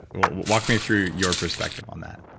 walk me through your perspective on that.